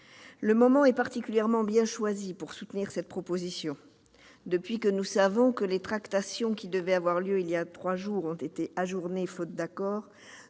Le moment est particulièrement bien choisi pour soutenir cette proposition. Depuis que nous savons que les tractations qui devaient avoir lieu il y a trois jours ont été ajournées faute d'accord,